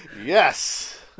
Yes